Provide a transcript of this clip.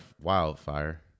wildfire